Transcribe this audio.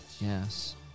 Yes